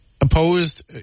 opposed